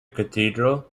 cathedral